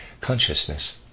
consciousness